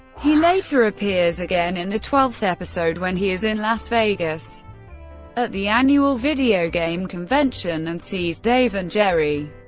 he later appears again in the twelfth episode when he is in las vegas at the annual video game convention and sees dave and jerry.